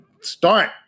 start